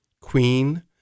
Queen